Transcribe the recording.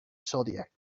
zodiac